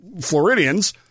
Floridians